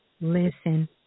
listen